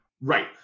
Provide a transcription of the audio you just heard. Right